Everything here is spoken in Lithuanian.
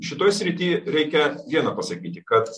šitoj srity reikia viena pasakyti kad